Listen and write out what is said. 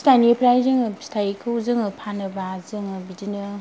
फिथायनिफ्राय फिथायखौ जोङो फानोबा जोङो बिदिनो